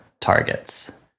targets